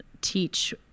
teach